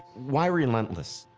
why relentless?